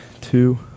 two